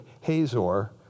Hazor